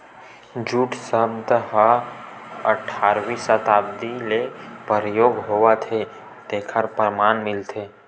jute सब्द ह अठारवी सताब्दी ले परयोग होवत हे तेखर परमान मिलथे